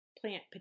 plant